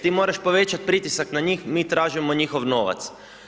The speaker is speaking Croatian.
Ti moraš povećati pritisak na njih, mi tražimo njihov novac.